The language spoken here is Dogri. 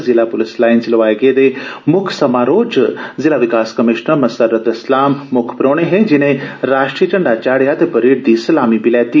जिला प्लस लाइन्ज च लोआए गेदे मुक्ख समारोह च जिला विकास कमीश्नर मुसरत इसलाम म्क्ख परौहने हे जिनें राश्ट्रीय झप्ता चापेआ ते परेड दी सलामी बी लैती